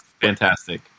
Fantastic